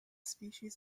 species